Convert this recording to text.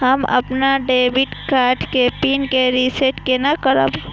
हम अपन debit card के पिन के रीसेट केना करब?